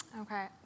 Okay